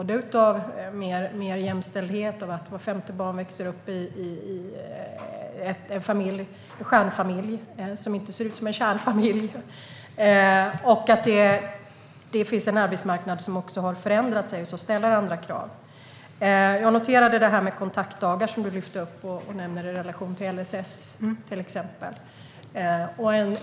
Det gäller mer jämställdhet, att vart femte barn växer upp i en stjärnfamilj - som inte ser ut som en kärnfamilj - och att arbetsmarknaden har förändrats; det ställs andra krav. Jag noterade att Christina Örnebjär lyfte upp det här med kontaktdagar och nämnde det i samband med LSS, till exempel.